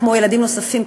כמו ילדים נוספים,